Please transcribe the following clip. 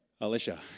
Alicia